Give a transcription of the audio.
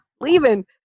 leaving